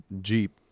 jeep